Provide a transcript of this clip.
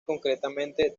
concretamente